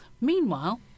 Meanwhile